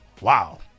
Wow